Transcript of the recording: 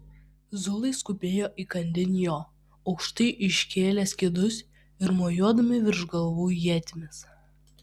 zulai skubėjo įkandin jo aukštai iškėlę skydus ir mojuodami virš galvų ietimis